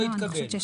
הצבעה